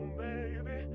baby